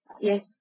Yes